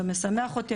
זה משמח אותי.